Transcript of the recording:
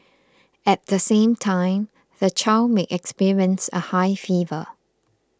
at the same time the child may experience a high fever